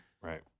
Right